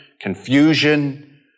confusion